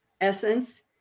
essence